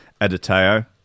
Editeo